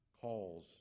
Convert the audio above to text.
calls